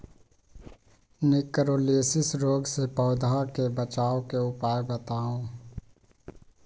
निककरोलीसिस रोग से पौधा के बचाव के उपाय बताऊ?